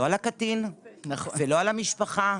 לא על הקטין ולא על המשפחה,